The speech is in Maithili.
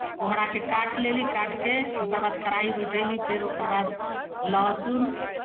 कोहराके काटि लेली काटि कऽ ओकर बाद कढ़ाइ बैठेली फेर ओकर बाद लहसुन